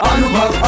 Anubhav